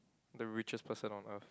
the richest person on earth